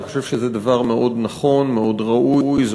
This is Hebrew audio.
אני חושב שזה דבר נכון מאוד, ראוי מאוד.